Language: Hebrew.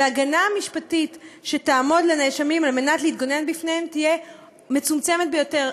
וההגנה המשפטית שתעמוד לנאשמים על מנת להתגונן תהיה מצומצמת ביותר,